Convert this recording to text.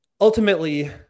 ultimately